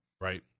Right